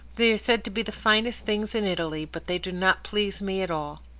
they are said to be the finest things in italy, but they do not please me at all.